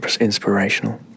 inspirational